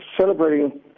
celebrating